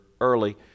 early